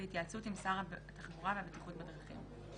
בהתייעצות עם שר התחבורה והבטיחות בדרכים.